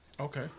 Okay